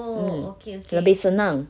mm lebih senang